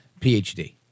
PhD